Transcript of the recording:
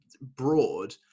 broad